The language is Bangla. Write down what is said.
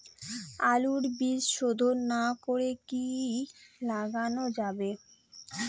আলুর বীজ শোধন না করে কি লাগানো যাবে?